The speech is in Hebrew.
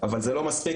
אבל זה לא מספיק,